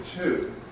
two